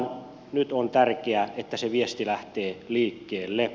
nyt on tärkeää että se viesti lähtee liikkeelle